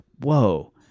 Whoa